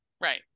Right